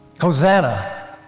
hosanna